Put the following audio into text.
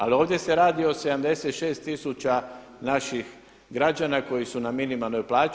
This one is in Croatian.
Ali ovdje se radi o 76 tisuća naših građana koji su na minimalnoj plaći.